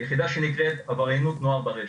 יחידה שנקראת עבריינות נוער ברשת,